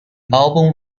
album